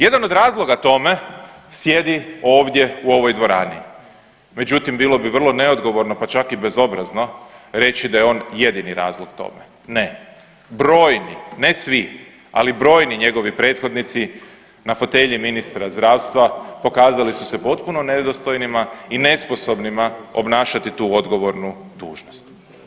Jedan od razloga tome sjedi ovdje u ovoj dvorani, međutim bilo bi vrlo neodgovorno, pa čak i bezobrazno reći da je on jedini razlog tome, ne, brojni, ne svi, ali brojni njegovi prethodnici na fotelji ministra zdravstva pokazali su se potpuno nedostojnima i nesposobnima obnašati tu odgovornu dužnost.